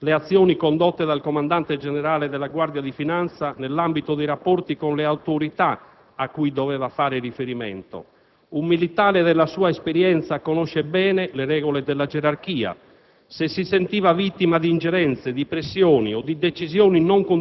Tra gli errori di valutazione possono catalogarsi le azioni condotte dal Comandante generale della Guardia di finanza nell'ambito dei rapporti con le autorità cui doveva far riferimento. Un militare della sua esperienza conosce bene le regole della gerarchia.